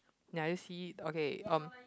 ya you see okay um